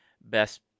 best